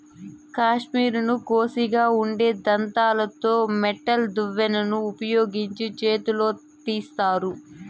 కష్మెరెను కోషిగా ఉండే దంతాలతో మెటల్ దువ్వెనను ఉపయోగించి చేతితో తీస్తారు